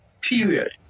period